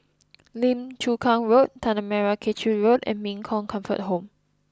Lim Chu Kang Road Tanah Merah Kechil Road and Min Chong Comfort Home